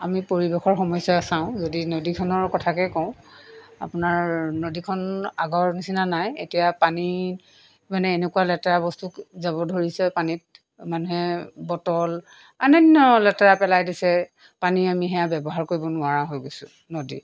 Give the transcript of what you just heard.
আমি পৰিৱেশৰ সমস্যা চাওঁ যদি নদীখনৰ কথাকে কওঁ আপোনাৰ নদীখন আগৰ নিচিনা নাই এতিয়া পানী মানে এনেকুৱা লেতেৰা বস্তুক যাব ধৰিছে পানীত মানুহে বটল অনান্য লেতেৰা পেলাই দিছে পানী আমি সেয়া ব্যৱহাৰ কৰিব নোৱাৰা হৈ গৈছোঁ নদী